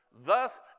Thus